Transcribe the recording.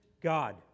God